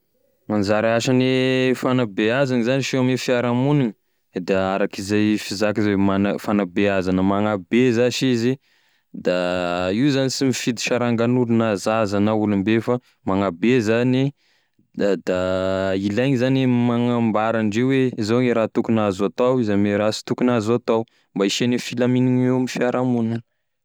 Anzara asane fagnabeazany zash eo ame fiarahamogniny de arak'izay fizaka zay hoe mmagn- fagnabeazana magnabe zash izy da io zany sy mifidy sarangan'olo na zaza na olombe fa magnabe zany e da ilaigny zany magnambara andreo hoe zao gne raha tokony azo atao izy ame raha sy tokony azo atao mba hisiane filamignany eo amin'ny fiarahamogniny.